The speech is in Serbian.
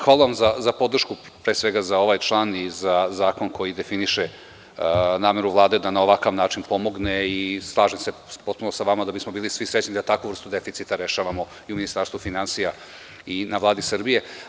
Hvala vam pre svega za podršku za ovaj član i za zakon koji definiše nameru Vlade da na ovakav način pomogne i slažem se potpuno sa vama da bismo bili svi srećni da takvu vrstu deficita rešavamo i u Ministarstvu finansija i na Vladi Srbije.